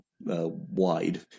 wide